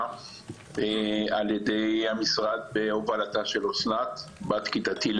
על ידי המשרד בהובלתה של אסנת בת כיתתי,